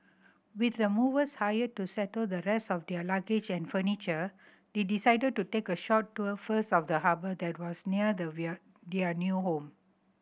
with the movers hired to settle the rest of their luggage and furniture they decided to take a short tour first of the harbour that was near their new home